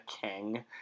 King